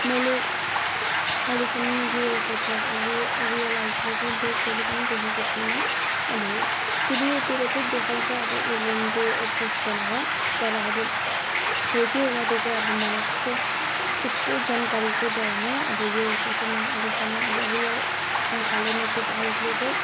मैले अहिलेसम्म युएफओ चाहिँ अब रिय रियलाइजले चाहिँ कहिले पनि देखेको छुइनँ अब टिभीतिर चाहिँ देखाउँछ अब एलिएन टू एक्जिस्ट भनेर तर अब हो कि होइन त्यो चैँ आबो मलाई तेस्तो तेस्तो जानकारी चैँ भएन आबो युएफओ चाहिँ मैले अहिलेसम्म अब रियल आँखाले नेकेड आइजले चाहिँ